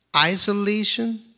isolation